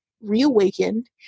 reawakened